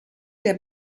der